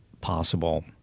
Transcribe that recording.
possible